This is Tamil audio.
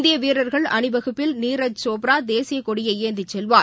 இந்தியவீரர்கள் அணிவகுப்பில் நீரஜ் சோப்ராதேசியக்கொடியைஏந்திச் செல்வார்